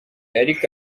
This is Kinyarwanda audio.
ariko